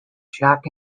jack